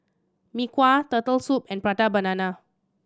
Mee Kuah Turtle Soup and Prata Banana